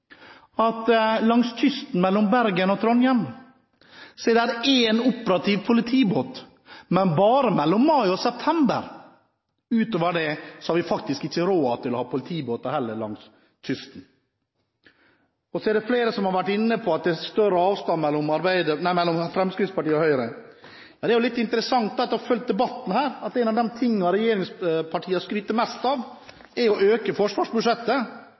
at langs kysten mellom Bergen og Trondheim er det én operativ politibåt, men bare mellom mai og september – utover det har vi faktisk ikke råd til å ha politibåter langs kysten. Så er det flere som har vært inne på at det nå er større avstand mellom Fremskrittspartiet og Høyre. Det er jo litt interessant, etter å ha fulgt debatten her, at én av de tingene som regjeringspartiene skryter mest av, er å øke forsvarsbudsjettet.